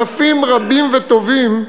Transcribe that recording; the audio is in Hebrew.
אלפים רבים וטובים,